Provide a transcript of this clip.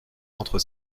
entre